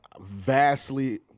vastly